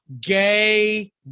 gay